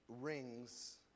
rings